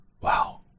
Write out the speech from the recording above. Wow